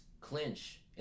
Clinch